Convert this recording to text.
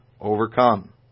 Overcome